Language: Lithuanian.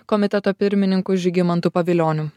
komiteto pirmininku žygimantu pavilioniu